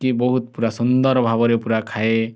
କି ବହୁତ ପୂରା ସୁନ୍ଦର ଭାବରେ ପୂରା ଖାଏ